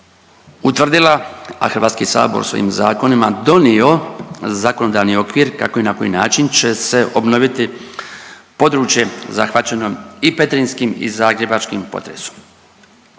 utvrdila, a Hrvatski sabor svojim zakonima donio zakonodavni okvir kako i na koji način će se obnoviti područje zahvaćeno i petrinjskim i zagrebačkim potresom.